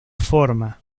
forma